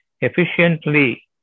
efficiently